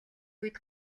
үед